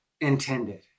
intended